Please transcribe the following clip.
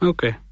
Okay